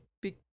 Big